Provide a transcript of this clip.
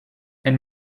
and